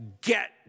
get